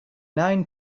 nine